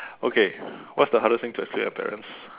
okay what's the hardest thing to explain to your parents